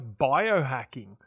biohacking